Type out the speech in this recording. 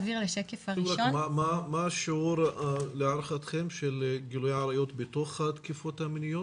מה להערכתכם השיעור של גילויי העריות בתוך התקיפות המיניות?